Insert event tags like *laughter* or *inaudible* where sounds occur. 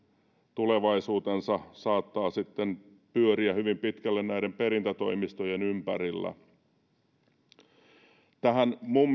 tulevaisuutensa saattaa sitten pyöriä hyvin pitkälle näiden perintätoimistojen ympärillä minun *unintelligible*